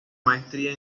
maestría